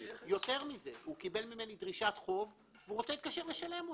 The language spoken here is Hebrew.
יותר מזה: הוא קיבל ממני דרישת חוב והוא רוצה להתקשר ולשלם אותה.